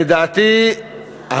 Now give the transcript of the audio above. לדעתי,